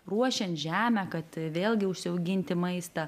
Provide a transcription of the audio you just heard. ruošiant žemę kad vėlgi užsiauginti maistą